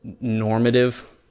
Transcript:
normative